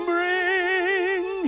Bring